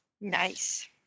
Nice